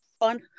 on